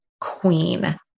queen